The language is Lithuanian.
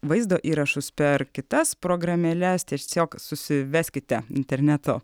vaizdo įrašus per kitas programėles tiesiog susiveskite interneto